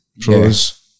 pros